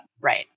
Right